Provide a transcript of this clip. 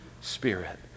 Spirit